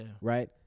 Right